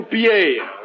Pierre